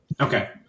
Okay